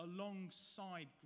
alongside